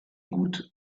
goutte